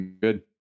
Good